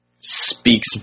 speaks